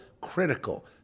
critical